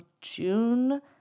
June